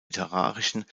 literarischen